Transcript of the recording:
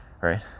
right